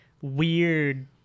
weird